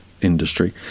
industry